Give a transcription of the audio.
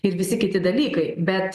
ir visi kiti dalykai bet